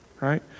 right